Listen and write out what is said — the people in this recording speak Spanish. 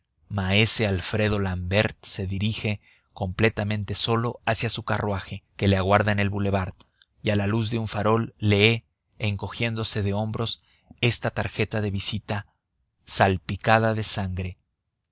maese alfredo l'ambert se dirige completamente solo hacia su carruaje que le aguarda en el bulevar y a la luz de un farol lee encogiéndose de hombros esta tarjeta de visita salpicada de sangre